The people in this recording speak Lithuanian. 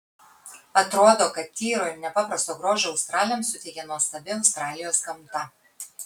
atrodo kad tyro ir nepaprasto grožio australėms suteikė nuostabi australijos gamta